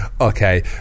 okay